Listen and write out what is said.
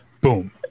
boom